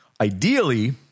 ideally